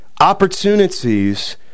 opportunities